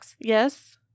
Yes